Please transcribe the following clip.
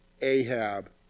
Ahab